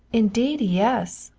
indeed, yes!